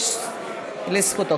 יש לזכותו.